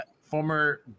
former